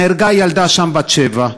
נהרגה שם ילדה בת שבע,